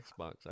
Xbox